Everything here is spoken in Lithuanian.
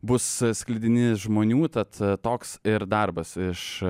bus sklidini žmonių tad toks ir darbas iš